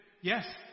Yes